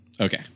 Okay